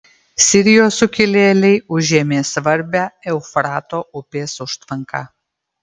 sirijos sukilėliai užėmė svarbią eufrato upės užtvanką